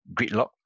gridlock